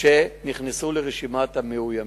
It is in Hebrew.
שנכנסו לרשימת המאוימים.